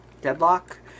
deadlock